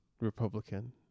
Republican